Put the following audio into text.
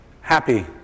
happy